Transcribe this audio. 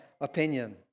opinion